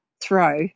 throw